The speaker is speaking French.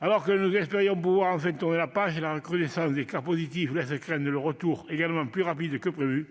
Alors que nous espérions pouvoir enfin tourner la page, la recrudescence des cas positifs laisse craindre le retour, plus rapide que prévu,